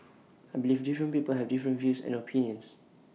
I believe different people have different views and opinions